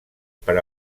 per